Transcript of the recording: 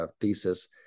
thesis